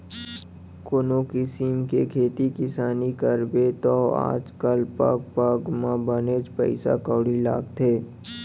कोनों किसिम के खेती किसानी करबे तौ आज काल पग पग म बनेच पइसा कउड़ी लागथे